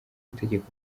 gutegeka